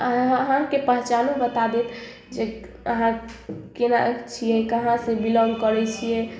अहाँके पहचानो बता देत जे अहाँ कोना छिए कहाँसे बिलॉन्ग करै छिए